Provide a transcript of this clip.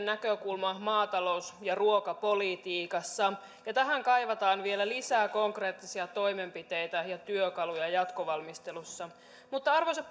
näkökulma maatalous ja ruokapolitiikassa ja tähän kaivataan vielä lisää konkreettisia toimenpiteitä ja työkaluja jatkovalmistelussa arvoisa